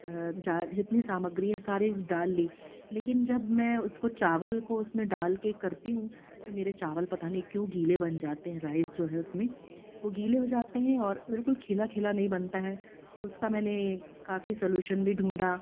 जितनी सामग्री है सारी डाल ली लेकिन जब मैं उसको चावल को उसमें डाल के करती हूँ तो मेरे चावल पता नहीं क्यों गीले बन जाते हैं राइस जो है उसमें वो गीले हो जाते हैं और बिल्कुल खिला खिला नहीं बनता है उसका मैंने काफ़ी सॉल्यूशन भी ढूँढा